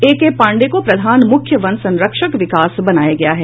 ए K Pandey को प्रधान मुख्य वन संरक्षक विकास बनाया गया है